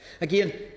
Again